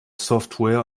software